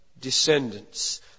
descendants